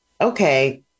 okay